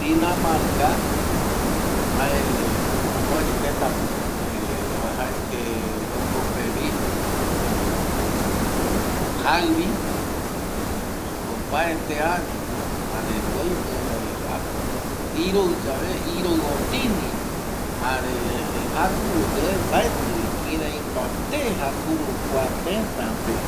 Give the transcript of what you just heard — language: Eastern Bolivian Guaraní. Dinamarca jae mopeti teta pe uajaete jaivi opaete año jare oime ko apo iroi yave iroi otini jare jakuvo ye mbaeti kirei mbate jakuvo kua teta pe